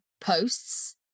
posts